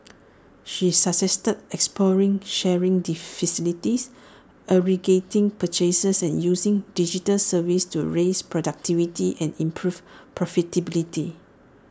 she suggested exploring sharing facilities aggregating purchases and using digital services to raise productivity and improve profitability